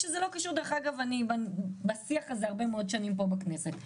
דרך אגב, אני בשיח הזה הרבה מאוד שנים פה בכנסת.